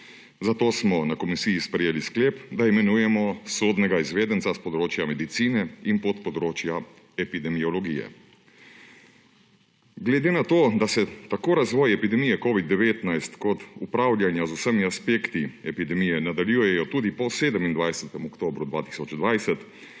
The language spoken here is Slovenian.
Zato smo na komisiji sprejeli sklep, da imenujemo sodnega izvedenca s področja medicine in podpodročja epidemiologije. Glede na to, da se razvoj tako epidemije covida-19 kot upravljanja z vsemi aspekti epidemije nadaljuje tudi po 27. oktobru 2020,